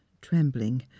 trembling